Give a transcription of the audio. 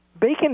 Bacon